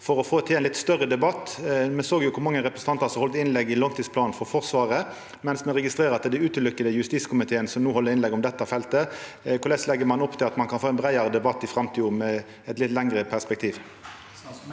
for å få til ein litt større debatt? Me såg jo kor mange representantar som heldt innlegg i saka om langtidsplanen for forsvaret, mens me registrerer at det berre er justiskomiteen som no held innlegg om dette feltet. Korleis legg ein opp til at ein kan få ein breiare debatt i framtida, med eit litt lengre perspektiv?